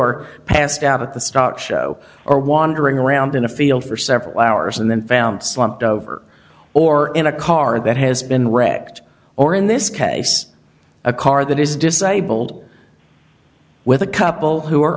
are passed out at the stock show or wandering around in a field for several hours and then found slumped over or in a car that has been wrecked or in this case a car that is disabled with a couple who